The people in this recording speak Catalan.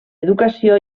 educació